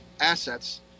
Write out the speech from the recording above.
assets